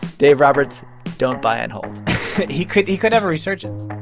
dave roberts don't buy and hold he could he could have a resurgence